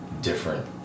different